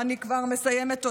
אני כבר מסיימת.